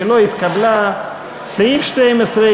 קבוצת סיעת יהדות התורה,